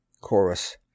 Chorus